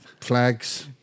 flags